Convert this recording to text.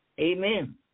Amen